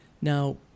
Now